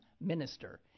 minister